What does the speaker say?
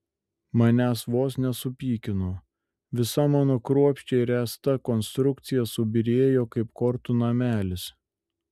manęs vos nesupykino visa mano kruopščiai ręsta konstrukcija subyrėjo kaip kortų namelis